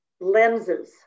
lenses